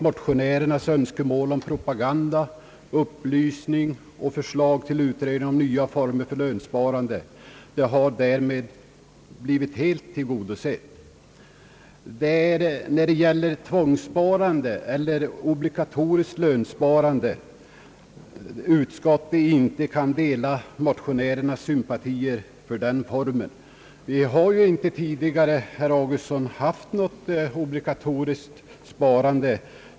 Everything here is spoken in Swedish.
Motionärernas Önskemål om propaganda, upplysning och förslag om utredning beträffande nya former för lönsparande har därmed blivit helt tillgodosedda. Utskottet kan däremot inte dela motionärernas sympatier för ett obligatoriskt lönsparande. Vi har ju, herr Augustsson, inte beslutat om något obligatoriskt sparande.